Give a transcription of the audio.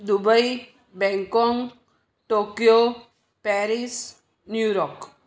Dubai Bangkok Tokyo Paris New York